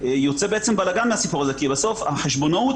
יוצא בלגן מהסיפור הזה כי החשבונאות